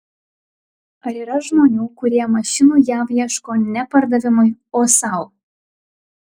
ar yra žmonių kurie mašinų jav ieško ne pardavimui o sau